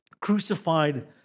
crucified